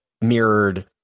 mirrored